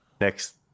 next